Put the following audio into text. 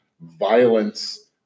violence